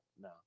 no